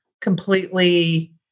completely